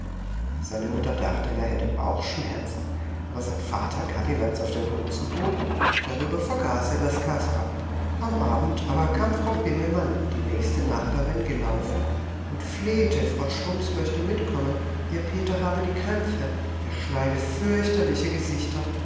seine mutter dachte er hätte bauchschmerzen aber sein vater gab ihm eins auf den hosenboden darüber vergaß er das kaspern am abend aber kam frau bimmelmann die nächste nachbarin gelaufen und flehte frau schrumps möchte mitkommen ihr peter habe die krämpfe er schneide fürchterliche gesichter